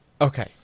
Okay